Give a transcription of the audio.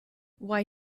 why